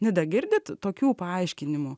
nida girdit tokių paaiškinimų